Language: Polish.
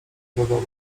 bawoły